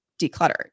declutter